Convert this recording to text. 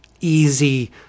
easy